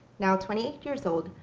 now twenty eight years old,